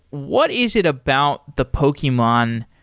what is it about the pokemon,